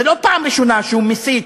זאת לא פעם ראשונה שהוא מסית,